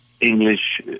English